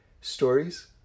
stories